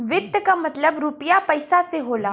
वित्त क मतलब रुपिया पइसा से होला